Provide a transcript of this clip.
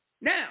Now